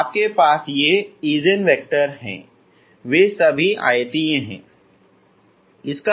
तो आपके पास ये ईजेन वैक्टर हैं वे सभी आयतीय हैं